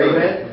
Amen